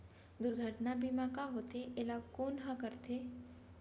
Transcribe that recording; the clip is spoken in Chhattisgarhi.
दुर्घटना बीमा का होथे, एला कोन ह करथे?